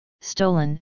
stolen